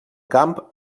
camp